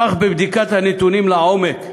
אך בבדיקת הנתונים לעומק,